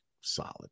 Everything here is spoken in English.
solid